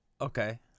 Okay